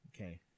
Okay